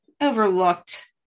overlooked